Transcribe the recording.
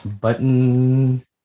button